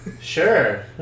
sure